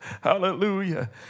hallelujah